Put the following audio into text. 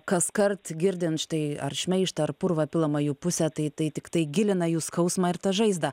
kaskart girdint štai ar šmeižtą ar purvą pilamą jų pusę tai tai tiktai gilina jų skausmą ir tą žaizdą